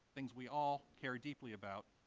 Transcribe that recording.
things we all care deeply about,